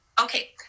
Okay